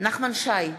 נחמן שי,